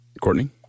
Courtney